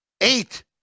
eight